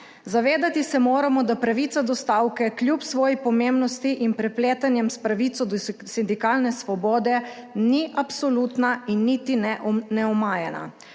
Zavedati se moramo, da pravica do stavke kljub svoji pomembnosti in prepletanjem s pravico do sindikalne svobode ni absolutna in niti ne neomajana,